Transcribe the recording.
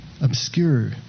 Obscure